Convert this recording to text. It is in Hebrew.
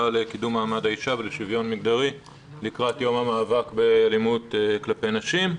לקידום מעמד האישה ולשוויון מגדרי לקראת יום המאבק באלימות כלפי נשים.